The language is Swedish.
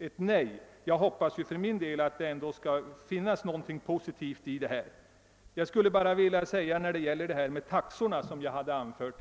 ett nej. Jag hoppas för min del att det ändå skall ligga något positivt i det. I anslutning till vad jag sade om taxorna skulle jag vilja säga ytterligare ett par ord.